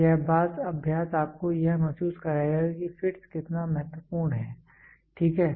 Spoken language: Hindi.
यह अभ्यास आपको यह महसूस कराएगा कि फिटस् कितना महत्वपूर्ण है ठीक है